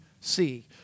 see